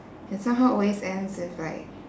it somehow always ends with like